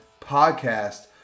Podcast